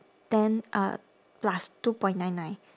then uh plus two point nine nine